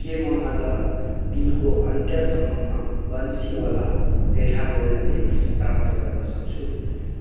के म आज दिनको अन्त्यसम्ममा बन्सिवाला पेठा रोयल मिक्स प्राप्त गर्नसक्छु